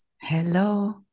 Hello